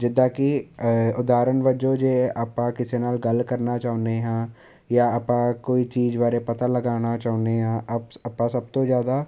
ਜਿੱਦਾਂ ਕਿ ਉਦਾਹਰਣ ਵੱਜੋਂ ਜੇ ਆਪਾਂ ਕਿਸੇ ਨਾਲ ਗੱਲ ਕਰਨਾ ਚਾਹੁੰਦੇ ਹਾਂ ਜਾਂ ਆਪਾਂ ਕੋਈ ਚੀਜ਼ ਬਾਰੇ ਪਤਾ ਲਗਾਉਣਾ ਚਾਹੁੰਦੇ ਹਾਂ ਅਪਸ ਆਪਾਂ ਸਭ ਤੋਂ ਜ਼ਿਆਦਾ